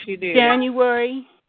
January